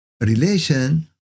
relation